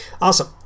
Awesome